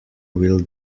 will